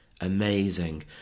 amazing